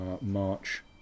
March